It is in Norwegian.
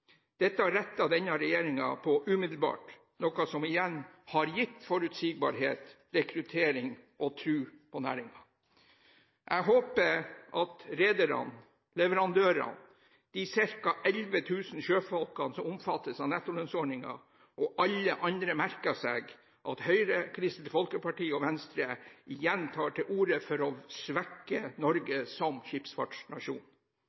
Dette rettet denne regjeringen på umiddelbart, noe som igjen har gitt forutsigbarhet, rekruttering og tro på næringen. Jeg håper at rederne, leverandørene, de ca. 11 000 sjøfolkene som omfattes av nettolønnsordningen, og alle andre merker seg at Høyre, Kristelig Folkeparti og Venstre igjen tar til orde for å svekke